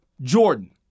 jordan